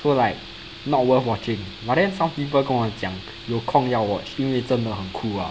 so like not worth watching but then some people 跟我讲有空要 watch 因为真的很 cool ah